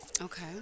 Okay